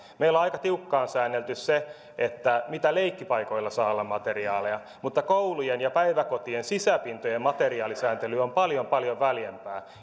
meillä on aika tiukkaan säännelty se mitä materiaaleja leikkipaikoilla saa olla mutta koulujen ja päiväkotien sisäpintojen materiaalisääntely on paljon paljon väljempää